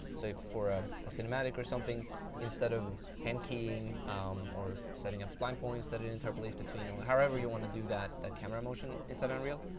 so, for a cinematic or something instead of hand keying or setting up spline points that and interpolates between or however you want to do that that camera motion inside unreal,